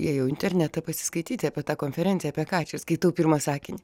įėjau į internetą pasiskaityti apie tą konferenciją apie ką čia skaitau pirmą sakinį